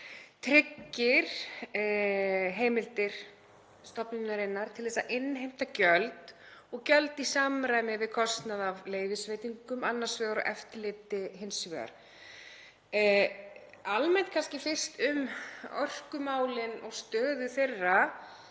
tryggir heimildir stofnunarinnar til að innheimta gjöld í samræmi við kostnað af leyfisveitingum annars vegar og eftirliti hins vegar. Almennt kannski fyrst um orkumálin og stöðu þeirra: